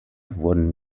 wurden